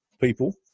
people